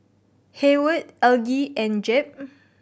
Hayward Elgie and Jep